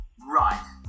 Right